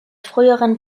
früheren